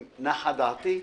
האם נחה דעתי?